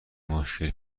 مشکل